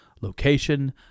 location